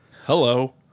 Hello